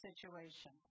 situation